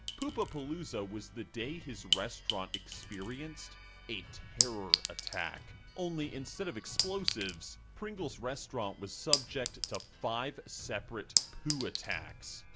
poopa-palooza was the day his restaurant experienced a terror attack. only instead of explosives, pringle's restaurant was subject to five separate poo attacks.